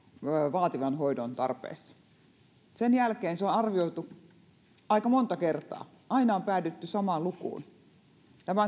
vaativan hoidon tarpeessa sen jälkeen se on arvioitu aika monta kertaa aina on päädytty samaan lukuun tämä